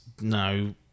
no